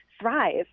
thrive